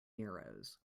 euros